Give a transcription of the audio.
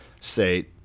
say